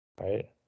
right